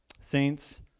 Saints